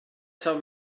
taw